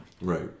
Right